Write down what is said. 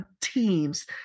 teams